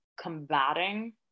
combating